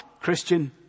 Christian